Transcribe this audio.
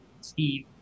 Steve